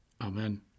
Amen